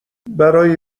برای